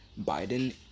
Biden